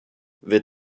wird